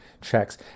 checks